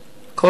כל העובדים,